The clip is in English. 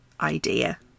idea